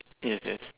yes yes